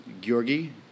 Georgi